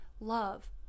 Love